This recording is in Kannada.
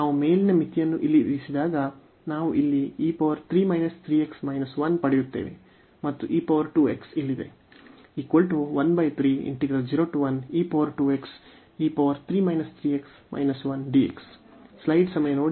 ನಾವು ಮೇಲಿನ ಮಿತಿಯನ್ನು ಇಲ್ಲಿ ಇರಿಸಿದಾಗ ನಾವು ಇಲ್ಲಿ ಪಡೆಯುತ್ತೇವೆ ಮತ್ತು e 2x ಇಲ್ಲಿದೆ